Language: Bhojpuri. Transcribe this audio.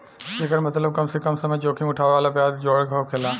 एकर मतबल कम से कम समय जोखिम उठाए वाला ब्याज जोड़े के होकेला